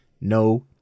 No